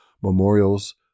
Memorials